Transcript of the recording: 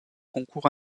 concours